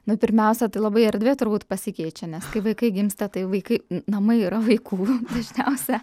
nu pirmiausia tai labai erdvė turbūt pasikeičia nes kai vaikai gimsta tai vaikai namai yra vaikų dažniausia